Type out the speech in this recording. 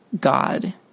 God